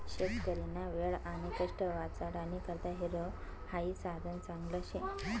शेतकरीना वेळ आणि कष्ट वाचाडानी करता हॅरो हाई साधन चांगलं शे